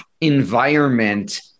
environment